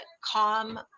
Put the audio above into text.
calm